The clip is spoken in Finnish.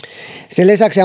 sen lisäksi